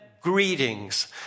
greetings